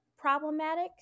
problematic